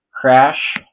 crash